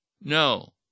No